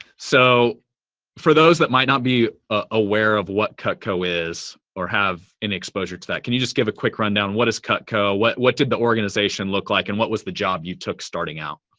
so for those that might not be aware of what cutco is, or have any exposure to that, can you just give a quick rundown, what is cutco, what what did the organization look like and what was the job you took starting out?